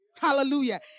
Hallelujah